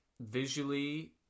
visually